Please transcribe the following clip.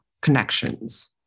connections